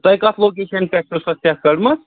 تۄہہِ کَتھ لوکیشَنہِ پیٚٹھ چھو سۄ سیٚکھ کٔڑمٕژ